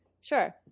Sure